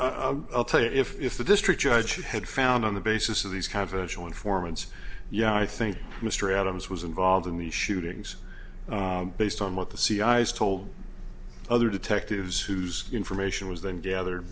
the i'll tell you if the district judge had found on the basis of these confidential informants yeah i think mr adams was involved in the shootings based on what the cia has told other detectives whose information was then gather